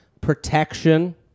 protection